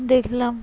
দেখলাম